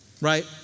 Right